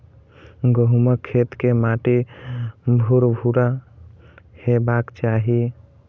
गहूमक खेत के माटि भुरभुरा हेबाक चाही